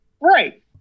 Right